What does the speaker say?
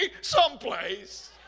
someplace